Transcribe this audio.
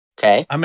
Okay